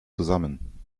zusammen